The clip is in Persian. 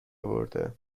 اورده